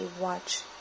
watch